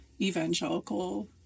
evangelical